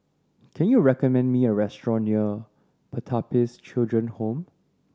can you recommend me a restaurant near Pertapis Children Home